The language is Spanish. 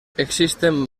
existen